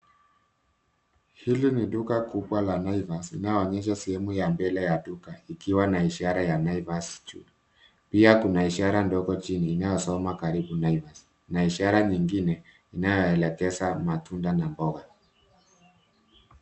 Hili ni duka kubwa la Naivas, inayoonyesha sehemu ya mbele ya duka ikiwa na ishara ya Naivas juu. Pia kuna ishara ndogo chini inayosoma karibu Naivas, na ishara nyingine inayoelekeza matunda na mboga.